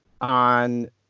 on